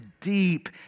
deep